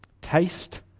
Taste